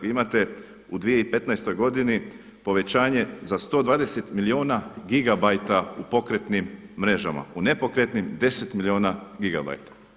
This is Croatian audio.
Vi imate u 2015. godini povećanje za 120 milijuna gigabajta u pokretnim mrežama, u nepokretnim 10 milijuna gigabajta.